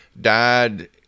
died